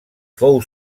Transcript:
fou